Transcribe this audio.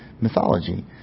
mythology